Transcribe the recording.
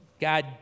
God